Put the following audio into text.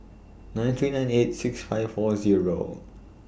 nine three nine eight six five four Zero